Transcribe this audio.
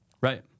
right